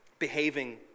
behaving